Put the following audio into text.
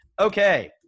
Okay